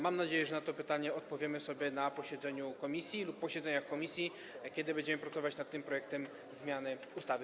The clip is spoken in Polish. Mam nadzieję, że na to pytanie odpowiemy sobie na posiedzeniu komisji lub na posiedzeniach komisji, kiedy będziemy procedować nad tym projektem zmiany ustawy.